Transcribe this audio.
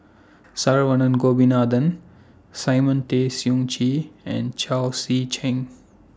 Saravanan Gopinathan Simon Tay Seong Chee and Chao Tzee Cheng